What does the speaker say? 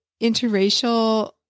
interracial